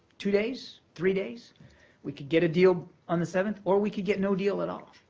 two days, three days we could get a deal on the seventh or we could get no deal at all.